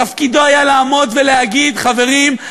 תפקידו היה לעמוד ולהגיד: חברים,